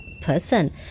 person